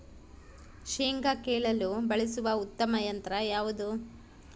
ಶೇಂಗಾ ಕೇಳಲು ಬಳಸುವ ಉತ್ತಮ ಯಂತ್ರ ಯಾವುದು?